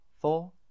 four